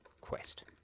quest